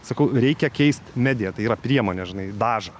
sakau reikia keist mediją tai yra priemonę žinai dažą